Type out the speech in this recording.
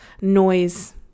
noise